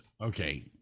okay